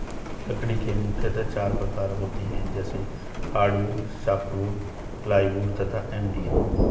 लकड़ी के मुख्यतः चार प्रकार होते हैं जैसे हार्डवुड, सॉफ्टवुड, प्लाईवुड तथा एम.डी.एफ